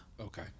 Okay